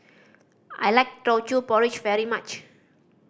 I like Teochew Porridge very much